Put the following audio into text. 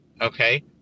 okay